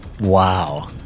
Wow